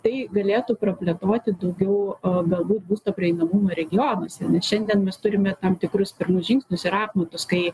tai galėtų praplėtoti daugiau galbūt būsto prieinamumo regionuose nes šiandien mes turime tam tikrus pirmus žingsnius ir apmatus kai